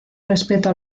respeto